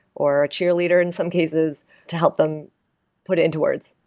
or a cheerleader in some cases to help them put it into words